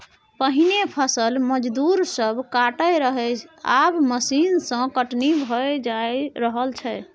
पहिने फसल मजदूर सब काटय रहय आब मशीन सँ कटनी भए रहल छै